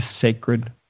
sacred